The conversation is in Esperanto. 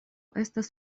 estas